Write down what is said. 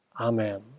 Amen